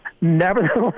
Nevertheless